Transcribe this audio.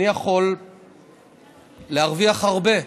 אני יכול להרוויח הרבה,